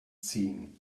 ziehen